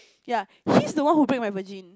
ya he's the one who break my virgin